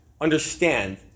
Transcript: understand